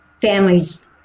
families